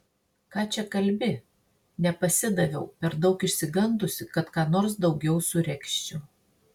ką čia kalbi nepasidaviau per daug išsigandusi kad ką nors daugiau suregzčiau